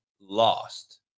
lost